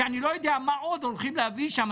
כשאני לא יודע מה עוד הולכים להביא לשם.